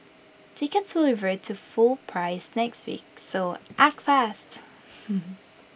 tickets will revert to full price next week so act fast